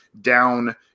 down